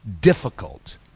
difficult